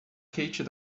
katie